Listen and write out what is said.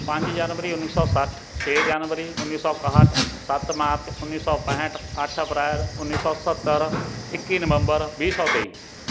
ਪੰਜ ਜਨਵਰੀ ਉੱਨੀ ਸੌ ਸੱਠ ਛੇ ਜਨਵਰੀ ਉੱਨੀ ਸੌ ਇਕਾਹਠ ਸੱਤ ਮਾਰਚ ਉੱਨੀ ਸੌ ਪੈਂਹਠ ਅੱਠ ਅਪ੍ਰੈਲ ਉੱਨੀ ਸੌ ਸੱਤਰ ਇੱਕੀ ਨਵੰਬਰ ਵੀਹ ਸੌ ਤੇਈ